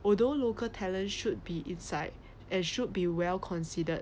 although local talent should be inside and should be well considered